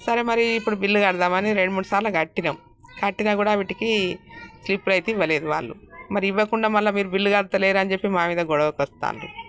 సరే మరీ ఇప్పుడు బిల్లు కడదామని రెండు మూడు సార్లు కట్టినాం కట్టినా కూడా వాటికీ స్లిప్లయితే ఇవ్వలేదు వాళ్ళు మరీ ఇవ్వకుండా మళ్ళీ మీరు బిల్లు కడతలేరు అని చెప్పి మా మీద గోడవకు వస్తున్నారు